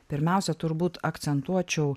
pirmiausia turbūt akcentuočiau